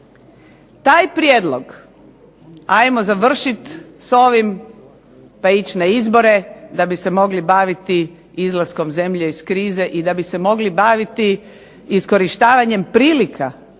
Taj prijedlog, ajmo završit s ovim pa ići na izbore da bi se mogli baviti izlaskom zemlje iz krize i da bi se mogli baviti iskorištavanjem prilika